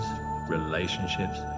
relationships